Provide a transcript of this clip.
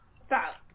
Stop